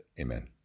Amen